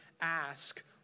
ask